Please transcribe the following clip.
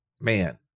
man